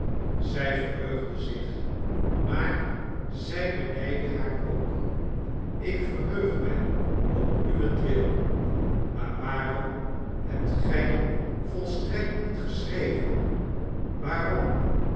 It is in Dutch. zij verheugde zich maar zij benijdde haar ook ik verheug mij om uwentwil maar waarom hebt gij volstrekt niet geschreven waarom